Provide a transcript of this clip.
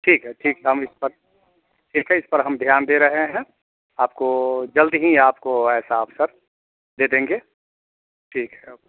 ठीक है ठीक है हम इस पर ठीक है इस पर हम ध्यान दे रहे हैं आपको जल्द ही आपको ऐसा अवसर दे देंगे ठीक है